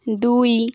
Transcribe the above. দুই